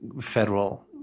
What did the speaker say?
federal